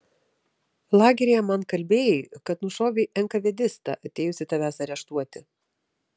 lageryje man kalbėjai kad nušovei enkavedistą atėjusį tavęs areštuoti